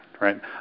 right